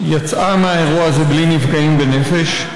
יצאה מהאירוע הזה בלי נפגעים בנפש.